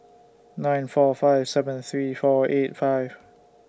nine four five seven three four eight five